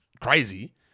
crazy